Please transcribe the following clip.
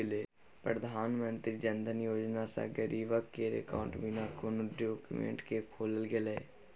प्रधानमंत्री जनधन योजना सँ गरीब केर अकाउंट बिना कोनो डाक्यूमेंट केँ खोलल गेलै